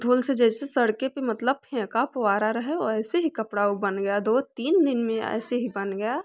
धूल से जैसे सड़के पर मतलब फेंका फोआरा रहे वैसे ही कपड़ा ओ बन गया दो तीन दिन में ऐसे ही बन गया